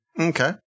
Okay